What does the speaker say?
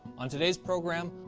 on today's program,